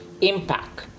Impact